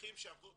תהליכים שעברו